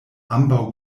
ambaŭ